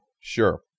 Sure